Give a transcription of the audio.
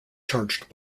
charged